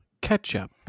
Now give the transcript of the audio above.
ketchup